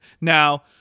Now